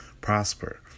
prosper